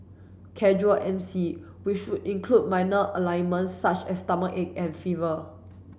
casual M C which would include minor alignment such as stomachache and fever